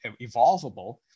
evolvable